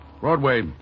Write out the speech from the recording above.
Broadway